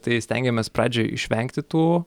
tai stengiamės pradžiai išvengti tų